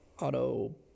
auto